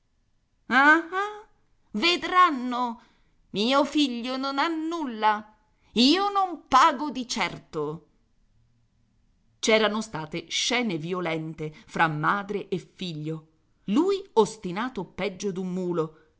ah vedranno mio figlio non ha nulla io non pago di certo c'erano state scene violente fra madre e figlio lui ostinato peggio d'un mulo